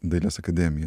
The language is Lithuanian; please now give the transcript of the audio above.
dailės akademija